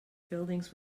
buildings